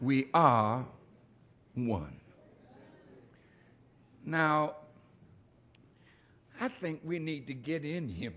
we are one now i think we need to get in here